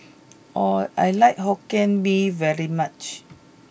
I like hokkien Mee very much